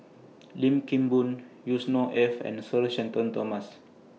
Lim Kim Boon Yusnor Ef and Sir Shenton Thomas